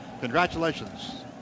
Congratulations